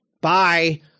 bye